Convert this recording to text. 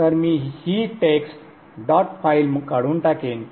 तर मी ही टेक्स्ट डॉट फाइल काढून टाकेन